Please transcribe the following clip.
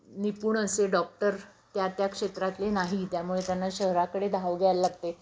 निपुण असे डॉक्टर त्या त्या क्षेत्रातले नाही त्यामुळे त्यांना शहराकडे धाव घ्यायला लागते